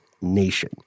nation